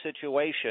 situation